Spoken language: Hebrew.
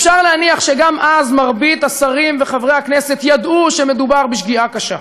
אפשר להניח שגם אז מרבית השרים וחברי הכנסת ידעו שמדובר בשגיאה קשה,